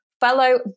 fellow